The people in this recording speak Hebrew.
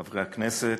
חברי הכנסת,